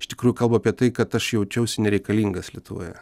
iš tikrųjų kalba apie tai kad aš jaučiausi nereikalingas lietuvoje